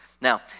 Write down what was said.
Now